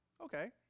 Okay